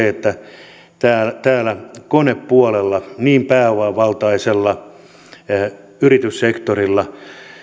että täällä konepuolella pääomavaltaisella yrityssektorilla